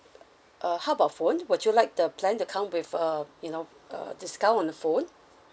uh how about phone would you like the plan that come with a you know uh discount on the phone